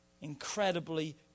incredibly